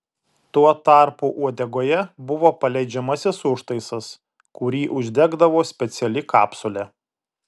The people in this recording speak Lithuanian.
tuo tarpu uodegoje buvo paleidžiamasis užtaisas kurį uždegdavo speciali kapsulė